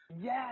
Yes